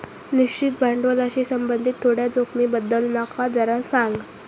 निश्चित भांडवलाशी संबंधित थोड्या जोखमींबद्दल माका जरा सांग